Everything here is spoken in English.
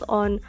on